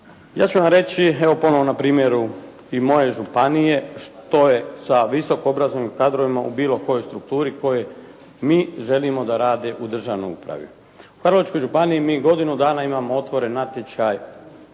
Ja ću vam reći evo ponovo na primjeru i moje županije što je sa visoko obrazovnim kadrovima u bilo kojoj strukturi koje mi želimo da rade u državnoj upravi. U Karlovačkoj županiji mi godinu dana imamo otvoren natječaj